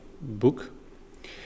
book